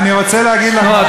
אני רוצה להגיד לך משהו,